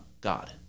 God